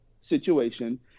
situation